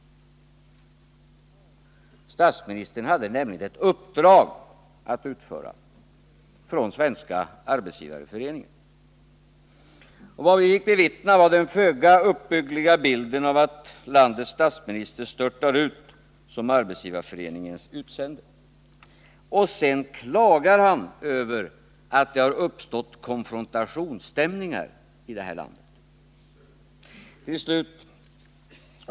Statsministern hade nämligen ett uppdrag att utföra från Svenska arbetsgivareföreningen. Vad vi fick bevittna var den föga uppbyggliga bilden av att landets statsminister störtade ut som Arbetsgivareföreningens utsände. Sedan klagar han över att det har uppstått konfrontationsstämningar i det här landet.